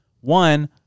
one